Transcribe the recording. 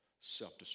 self-destruct